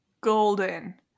Golden